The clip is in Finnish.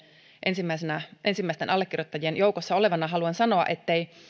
ensimmäisten allekirjoittajien joukossa olevana haluan sanoa ettei ole